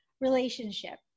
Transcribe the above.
relationship